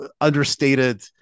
understated